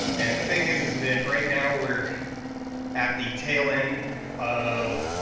and the thing is is that right now we're at the tail end of